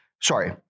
sorry